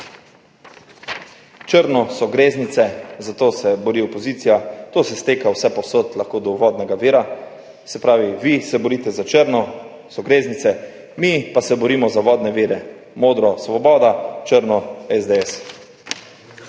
črno so greznice, za to se bori opozicija, to se lahko steka vsepovsod do vodnega vira, se pravi, vi se borite za črno, to so greznice, mi pa se borimo za vodne vire. Modro – Svoboda, črno – SDS.